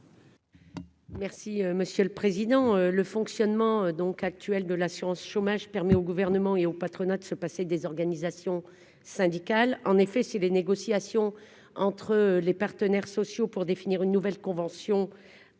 Merci monsieur le président, le fonctionnement donc actuel de l'assurance chômage permet au gouvernement et au patronat de se passer des organisations syndicales, en effet, si les négociations entre les partenaires sociaux pour définir une nouvelle convention